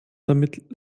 damit